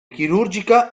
chirurgica